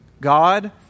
God